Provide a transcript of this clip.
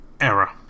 error